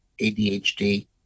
ADHD